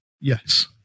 Yes